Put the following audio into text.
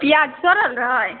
पिआज सड़ल रहै